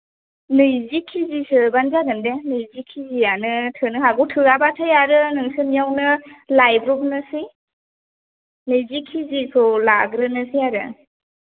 नैजि केजिसोबानो जागोन बे नैजि केजियानो थोनो हागौ थावाबाथाय आरो नोंसोरनियावनो लाइब्रबनोसै नैजि केजिखौ लाग्रोनोसै आरो